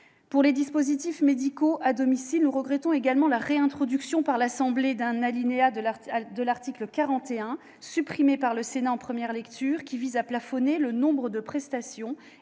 des dispositifs médicaux à domicile, nous regrettons également la réintroduction par l'Assemblée nationale d'un alinéa de l'article 41, supprimé par le Sénat en première lecture, qui prévoit de plafonner le nombre de prestations